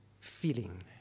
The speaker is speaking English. feeling